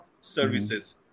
services